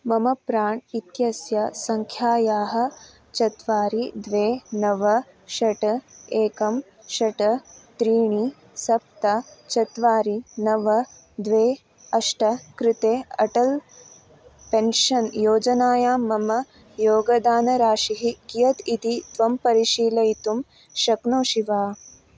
मम प्राण् इत्यस्य सङ्ख्यायाः चत्वारि द्वे नव षट् एकं षट् त्रीणि सप्त चत्वारि नव द्वे अष्ट कृते अटलः पेन्शन् योजनायां मम योगदानराशिः कियत् इति त्वं परिशीलयितुं शक्नोषि वा